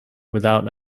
without